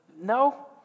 No